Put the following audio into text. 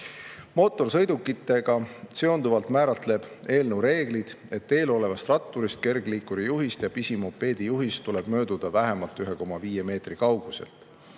Mootorsõidukitega seonduvalt määratletakse eelnõus reeglid, et ees olevast ratturist, kergliikuri juhist ja pisimopeedi juhist tuleb mööduda vähemalt 1,5 meetri kauguselt.